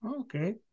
okay